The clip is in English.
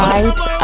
Vibes